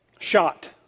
Shot